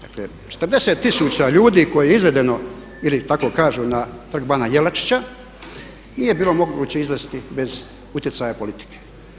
Dakle 40 tisuća ljudi kojih je izvedeno ili barem tako kažu na Trg bana Jelačića nije bilo moguće izvesti bez utjecaja politike.